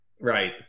Right